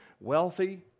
Wealthy